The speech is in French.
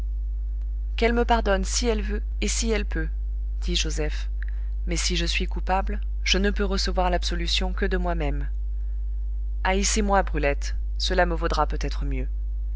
qu'elle me pardonne si elle veut et si elle peut dit joseph mais si je suis coupable je ne peux recevoir l'absolution que de moi-même haïssez moi brulette cela me vaudra peut-être mieux